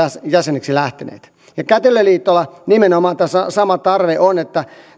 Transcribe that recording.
jäseniksi lähteneet ja kätilöliitolla on tässä nimenomaan sama näkökulma että